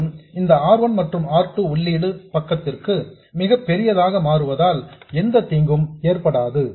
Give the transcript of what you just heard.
மேலும் இந்த R 1 மற்றும் R 2 உள்ளீடு பக்கத்திற்கு மிகப்பெரியதாக மாற்றுவதால் எந்த தீங்கும் ஏற்படாது